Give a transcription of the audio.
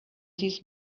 this